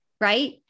right